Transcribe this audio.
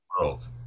world